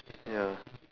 ya